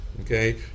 okay